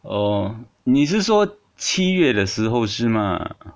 哦你是说七月的时候是吗